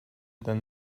than